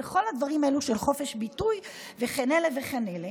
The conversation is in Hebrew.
וכל הדברים האלה של חופש ביטוי וכן הלאה וכן הלאה.